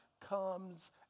comes